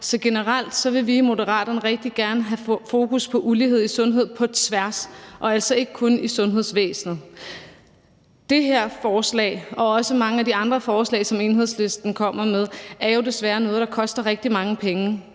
Så generelt vil vi i Moderaterne rigtig gerne have fokus på ulighed i sundhed på tværs af sektorer og altså ikke kun i sundhedsvæsenet. Det her forslag og også mange af de andre forslag, som Enhedslisten kommer med, er jo desværre noget, der koster rigtig mange penge.